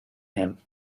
him